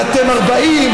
ואתם 40,